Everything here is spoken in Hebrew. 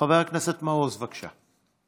חבר הכנסת מעוז, בבקשה.